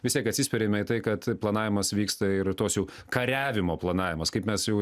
vis tiek atsispiriame į tai kad planavimas vyksta ir tos jau kariavimo planavimas kaip mes jau